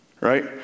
Right